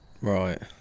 Right